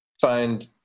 find